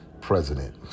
president